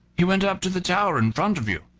he went up to the tower in front of you.